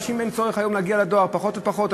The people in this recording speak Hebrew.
לאנשים אין צורך היום להגיע לדואר, פחות ופחות.